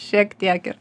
šiek tiek ir